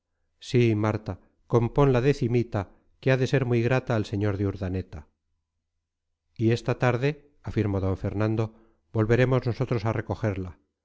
sí marta compón la decimita que ha de ser muy grata al sr de urdaneta y esta tarde afirmó d fernando volveremos nosotros a recogerla